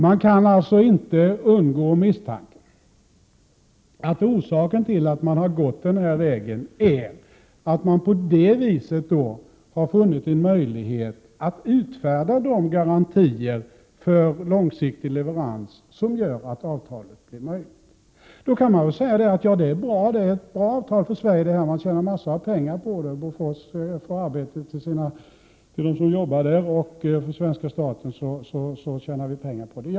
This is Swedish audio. Det går alltså inte att undvika misstanken att orsaken till att man har gått den här vägen är att man därigenom funnit en möjlighet att utfärda de garantier för långsiktig leverans som gjorde att avtalet blev möjligt. Man kan säga att det är ett bra avtal för Sverige — Bofors får arbete för dem som jobbar där, och svenska staten tjänar pengar.